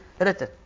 written